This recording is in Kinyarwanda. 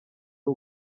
ari